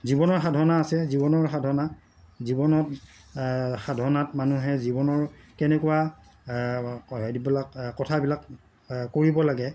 জীৱনৰ সাধনা আছে জীৱনৰ সাধনা জীৱনত সাধনাত মানুহে জীৱনৰ কেনেকুৱা হেৰিবিলাক কথাবিলাক কৰিব লাগে